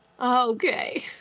Okay